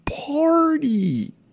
party